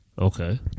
Okay